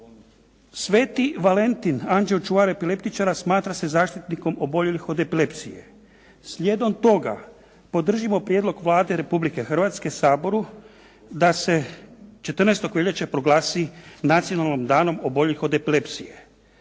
Sveti Valentin, anđeo čuvar epileptičara smatra se zaštitnikom oboljelih od epilepsije. Slijedom toga, podržimo prijedlog Vlade Republike Hrvatske Saboru da se 14. veljače proglasi "Nacionalnim danom oboljelih od epilepsije".